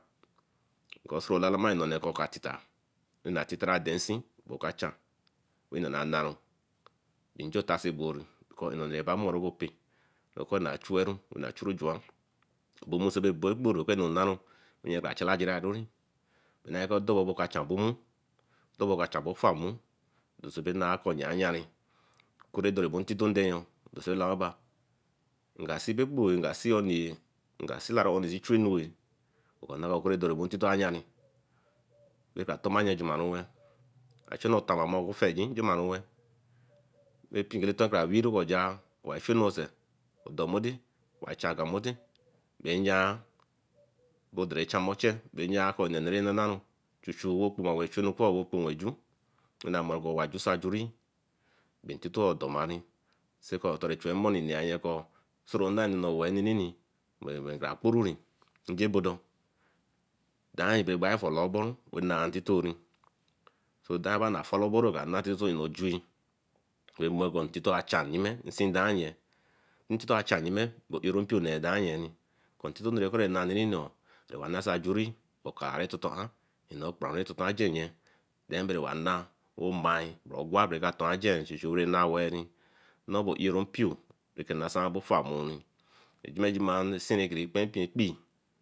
Cos ro labiri non ne cu okatita titaradeng oca cha e nanne naru bay injo tai soigbere nonne bay moru wey go kpe oko na chueru ro nay chury juan bo mosobo chueru eko nne naru nye ca challa juaruely. binae Ka chan abo mmu, dobo ka chan abo ofar nmu dock okume ayani ocurry abo dorm intato deen see labi oba inga see abo ekpo, inga see onnee ooo, inga see arrio unẽẽ aelere see chu enueh. oka nah dorri ah dor intito a yanni raka toma okanu junanite bachu ofieji junaniwe wey npeekele nto carra wee go jae wa bah rah wa ba ray ferno sey, owa do modee, wa bah rah chan gwan modee bah yan batı doru dianmechane beh yan cu innenu rah nasaraniwen chuchu reh Kpowa chu anuruko rah kpema ju bako mai ko aowe baju sah ajuri bay inteto oo dor mar, sey ko otori che emony nee ani ko soro nah noni wey inini ray ka Kpuniri inje bodo dain ray bah folaobo nain intero ru dainba nah falaberu najain ke mi co inteto ka chan time inse daña aye intèto a chan yime bah prempio Yen ko intito curry rena rine yo ка пести ajuri Henru ejunye dain bey ba nah oka rah tomtenaa okperantaisa bah ogwa ra Ka torun ajen oo mai b rey nak ideley nnoe bay eii mpio rake nasia ray far mee ejimejima sin regiree Kpen impre ekpeo.